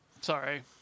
Sorry